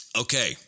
Okay